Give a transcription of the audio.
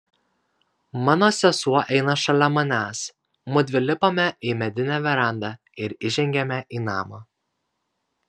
mano sesuo eina šalia manęs mudvi lipame į medinę verandą ir įžengiame į namą